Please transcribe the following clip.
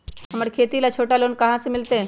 हमरा खेती ला छोटा लोने कहाँ से मिलतै?